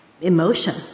emotion